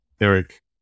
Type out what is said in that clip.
Eric